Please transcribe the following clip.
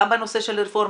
גם בנושא של הרפורמה,